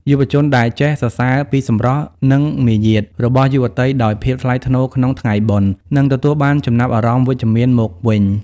យុវជនដែលចេះ "សរសើរពីសម្រស់ និងមារយាទ" របស់យុវតីដោយភាពថ្លៃថ្នូរក្នុងថ្ងៃបុណ្យ នឹងទទួលបានចំណាប់អារម្មណ៍វិជ្ជមានមកវិញ។